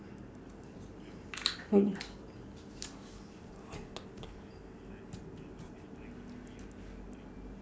mm